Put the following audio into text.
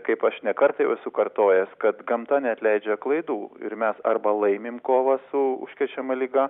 kaip aš ne kartą jau esu kartojęs kad gamta neatleidžia klaidų ir mes arba laimim kovą su užkrečiama liga